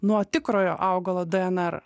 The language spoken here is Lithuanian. nuo tikrojo augalo dnr